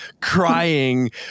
crying